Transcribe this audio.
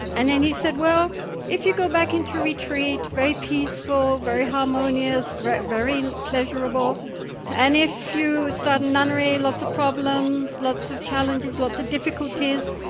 and and he said well if you go back into retreat, very peaceful, very harmonious, very pleasurable and if you start a nunnery lots of problems, lots of challenges, lots of difficulties.